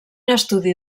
estudi